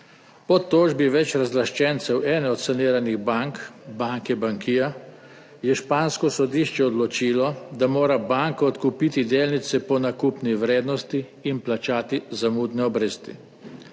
Po tožbi več razlaščencev ene od saniranih bank, banke Bankia, je špansko sodišče odločilo, da mora banka odkupiti delnice po nakupni vrednosti in plačati zamudne obresti.